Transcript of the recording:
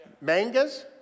mangas